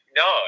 no